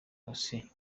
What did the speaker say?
osee